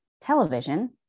television